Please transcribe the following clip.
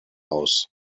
aus